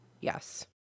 Yes